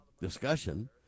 discussion